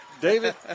David